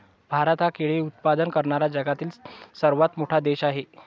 भारत हा केळी उत्पादन करणारा जगातील सर्वात मोठा देश आहे